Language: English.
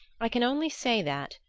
i can only say that,